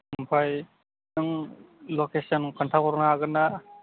आमफाय नों लकेसन खोन्थाहरनो हागोनना